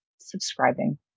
subscribing